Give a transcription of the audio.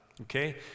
okay